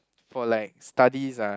for like studies ah